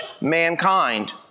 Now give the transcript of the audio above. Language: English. mankind